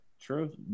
true